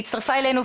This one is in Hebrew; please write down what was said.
היא הצטרפה אלינו,